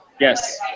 Yes